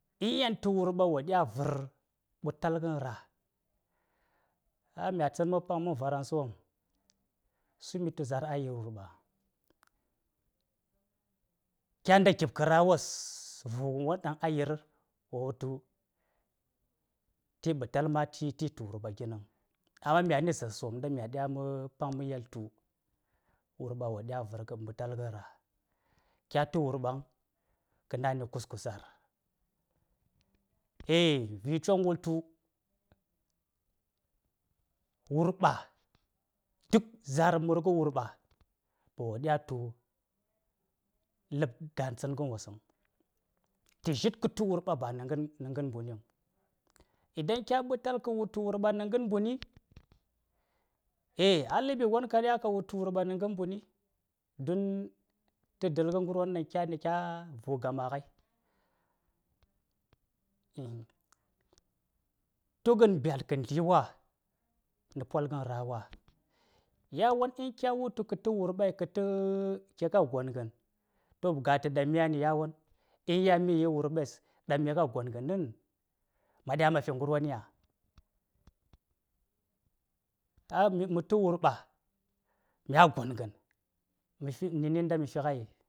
In yan tu wurba dƴa vcər mbuar ngən rah, yan mya tsən mə paŋ məŋ varaŋ sə wom səmi tu zaar a yir wurɓa kya nda gip kə rah wos vu ngən won ɗan a yir wo ti mbital ma ti tu wurɓa ginəŋ amma mya ni zaar sə wom myani mya ɗya məpaŋ mə yeltu wurɓa wo ɗya vər ngə mbutar ngən rah kya tu wurɓan, kə nai nə kus kə zaar eh vi choŋ wultu wurɓa ɓa nə ngən mɓu niŋ idan kya mbital tu wurɓa nə ngən mbuni eh a ləbi